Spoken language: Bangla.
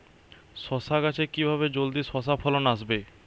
শশা গাছে কিভাবে জলদি শশা ফলন আসবে?